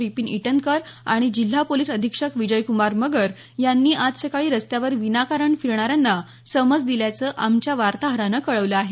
विपिन ईटनकर आणि जिल्हा पोलीस अधीक्षक विजयक्रमार मगर यांनी आज सकाळी रस्त्यावर विनाकारण फिरणाऱ्यांना समज दिल्याचं आमच्या वार्ताहरानं कळवलं आहे